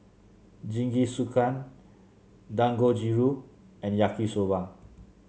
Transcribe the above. Jingisukan Dangojiru and Yaki Soba